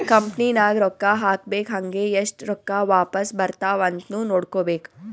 company ನಾಗ್ ರೊಕ್ಕಾ ಹಾಕ್ಬೇಕ್ ಹಂಗೇ ಎಸ್ಟ್ ರೊಕ್ಕಾ ವಾಪಾಸ್ ಬರ್ತಾವ್ ಅಂತ್ನು ನೋಡ್ಕೋಬೇಕ್